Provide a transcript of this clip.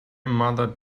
mother